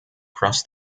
cross